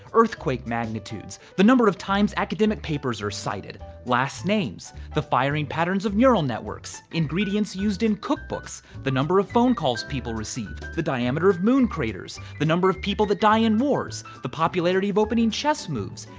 earthquake magnitudes, the number of times academic papers are cited, last names, the firing patterns of neural networks, ingredients used in cookbooks, the number of phone calls people received, the diameter of moon craters, the number of people that die in wars, the popularity of opening chess moves,